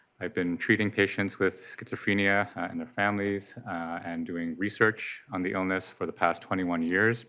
have been treating patients with schizophrenia and their families and doing research on the illness for the past twenty one years